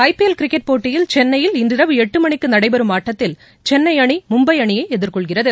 ஐ P L cricket போட்டியில் சென்னையில் இன்றிரவு எட்டு மணிக்கு நடைபெறும் ஆட்டத்தில் சென்னை அணி மும்பை அணியை எதிர்கொள்கிறது